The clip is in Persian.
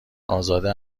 ازاده